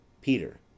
Peter